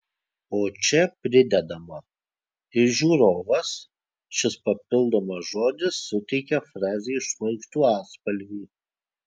o čia pridedama ir žiūrovas šis papildomas žodis suteikia frazei šmaikštų atspalvį